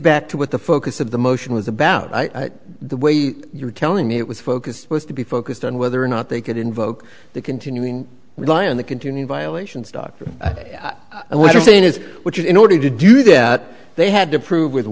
back to what the focus of the motion was about the way you're telling me it was focused was to be focused on whether or not they could invoke the continuing rely on the continued violations doctor and what you're saying is what you do in order to do that they had to prove with